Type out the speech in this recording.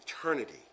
Eternity